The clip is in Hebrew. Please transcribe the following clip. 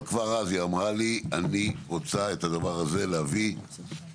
אבל כבר אז היא אמרה לי אני רוצה את הדבר הזה להביא להסדרה,